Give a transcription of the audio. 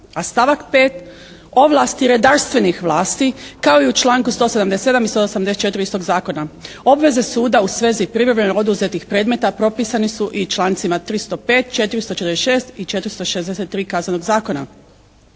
A stavak 5. ovlasti redarstvenih vlasti kao i u članku 177. i 174. istog zakona. Obveze suda u svezi privremeno oduzetih predmeta propisani su i člancima 305., 446. i 463. Kaznenog